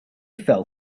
fell